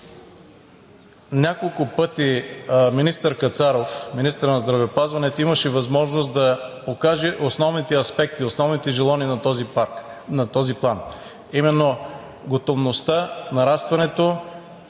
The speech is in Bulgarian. Няколко пъти министър Кацаров – министърът на здравеопазването, имаше възможност да покаже основните аспекти, основни желания на този план, а именно: готовността, нарастването,